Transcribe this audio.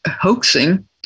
hoaxing